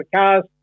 cars